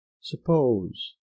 suppose